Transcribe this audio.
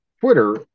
Twitter